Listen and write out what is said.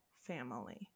family